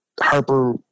Harper